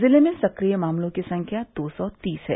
जिले में सक्रिय मामलों की संख्या दो सौ तीस है